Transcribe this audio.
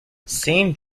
saint